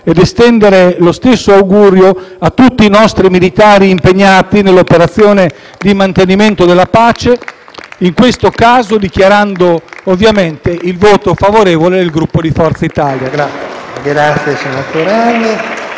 ed estendere lo stesso augurio a tutti i nostri militari impegnati nelle operazioni di mantenimento della pace, dichiarando ovviamente il voto favorevole del Gruppo Forza Italia.